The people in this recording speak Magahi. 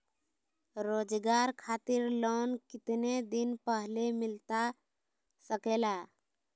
रोजगार खातिर लोन कितने दिन पहले मिलता सके ला?